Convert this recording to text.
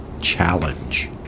challenge